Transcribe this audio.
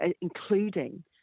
including